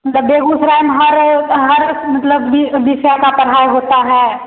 मतलब बेगूसराय में हर तो हर मतलब बि विषय की पढ़ाई होती है